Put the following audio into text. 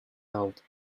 out